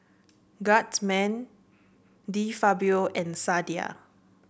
Guardsman De Fabio and Sadia